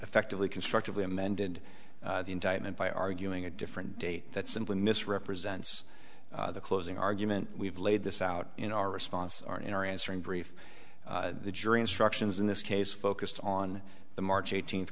effectively constructively amended the indictment by arguing a different date that simply misrepresents the closing argument we've laid this out in our response our in our answering brief the jury instructions in this case focused on the march eighteenth